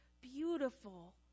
beautiful